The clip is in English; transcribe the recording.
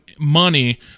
money